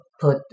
put